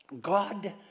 God